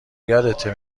یادته